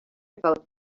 about